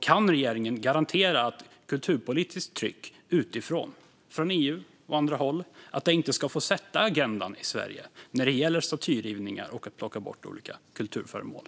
Kan regeringen garantera att kulturpolitiskt tryck utifrån - från EU och andra håll - inte får sätta agendan i Sverige när det gäller statyrivningar och bortplockning av olika kulturföremål?